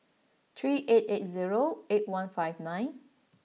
three eight eight zero eight one five nine